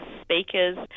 speakers